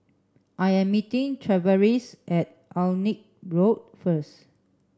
I am meeting Tavaris at Alnwick Road first